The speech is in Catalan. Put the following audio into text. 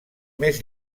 més